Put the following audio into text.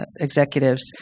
executives